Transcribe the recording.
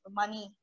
money